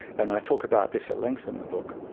and i talk about this at length in the book,